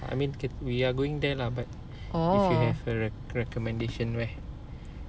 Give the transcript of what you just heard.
orh